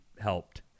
helped